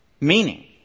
meaning